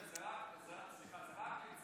עאידה, זה רק לצורך